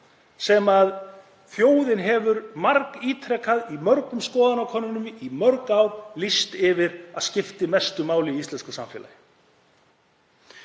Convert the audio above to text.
sem þjóðin hefur margítrekað í mörgum skoðanakönnunum í mörg ár lýst yfir að skipti mestu máli í íslensku samfélagi.